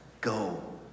go